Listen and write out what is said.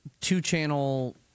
two-channel